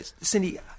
Cindy